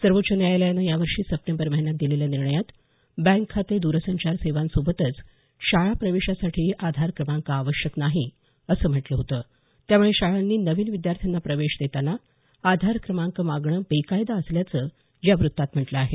सर्वोच्च न्यायालयानं या वर्षी सप्टेंबर महिन्यात दिलेल्या निर्णयात बँक खाते द्रसंचार सेवांसोबतच शाळा प्रवेशासाठीही आधार क्रमांक आवश्यक नाही असं म्हटलं होतं त्यामुळे शाळांनी नवीन विद्यार्थ्यांना प्रवेश देताना आधार क्रमांक मागणं बेकायदा असल्याचं या वृत्तात म्हटलं आहे